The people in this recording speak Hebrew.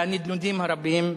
והנדנודים הרבים.